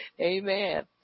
amen